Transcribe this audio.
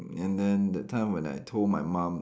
and then that time when I told my mum